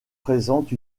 présente